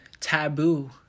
taboo